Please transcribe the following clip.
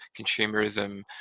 consumerism